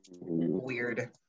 weird